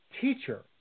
teacher